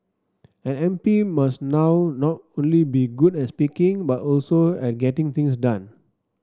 an M P must now not only be good at speaking but also at getting things done